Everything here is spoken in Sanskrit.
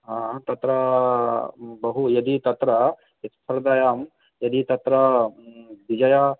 तत्र बहु यदि तत्र क्विस्स्पर्धायां यदि तत्र विजय